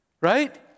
right